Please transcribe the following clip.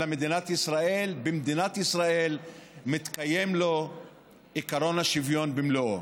אלא שבמדינת ישראל מתקיים לו עקרון השוויון במלואו.